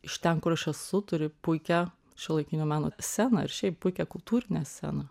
iš ten kur aš esu turi puikią šiuolaikinio meno sceną ir šiaip puikią kultūrinę sceną